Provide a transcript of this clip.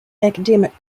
academic